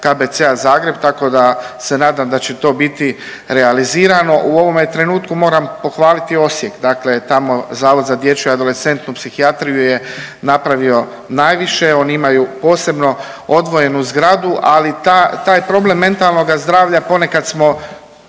KBC-a Zagreb tako da se nadam da će to biti realizirano. U ovome trenutku moram pohvaliti Osijek, dakle tamo Zavod za dječju i adolescentnu psihijatriju je napravio najviše, oni imaju posebno odvojenu zgradu, ali ta, taj problem mentalnoga zdravlja ponekad smo